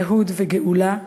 "יהוד" ו"גאולה",